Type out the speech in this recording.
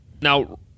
Now